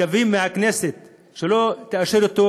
אנחנו מקווים שהכנסת לא תאשר אותו,